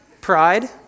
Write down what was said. pride